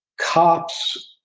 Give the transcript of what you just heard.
cops,